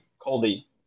Colby